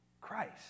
Christ